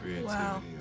Wow